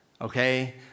okay